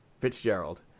Fitzgerald